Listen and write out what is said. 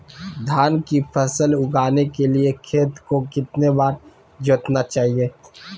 धान की फसल उगाने के लिए खेत को कितने बार जोतना चाइए?